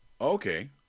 Okay